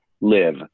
live